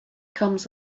comes